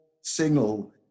signal